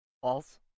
False